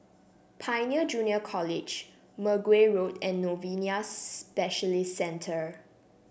Pioneer Junior College Mergui Road and Novena Specialist Centre